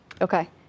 Okay